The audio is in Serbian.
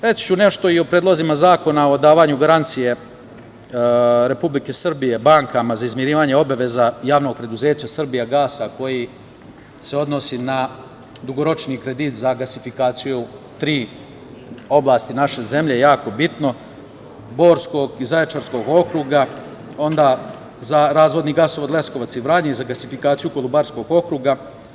Reći ću nešto i o predlozima zakona o davanju garancije Republike Srbije bankama za izmirivanje obaveza Javnog preduzeća „Srbijagasa“, koji se odnosi na dugoročni kredit za gasifikaciju tri oblasti naše zemlje, jako bitno, Borskog i Zaječarskog okruga, onda, za razvodni gasovod Leskovac i Vranje i gasifikaciju Kolubarskog okruga.